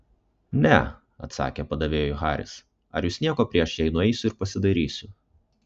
ne atsakė padavėjui haris ar jūs nieko prieš jei nueisiu ir pasidairysiu